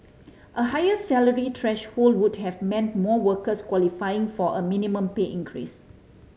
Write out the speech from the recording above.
a higher salary threshold would have meant more workers qualifying for a minimum pay increase